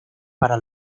para